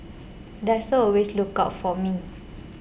Diesel will always look out for me